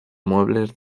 muebles